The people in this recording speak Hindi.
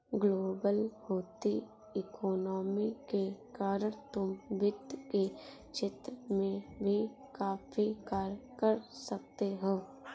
ग्लोबल होती इकोनॉमी के कारण तुम वित्त के क्षेत्र में भी काफी कार्य कर सकते हो